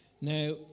Now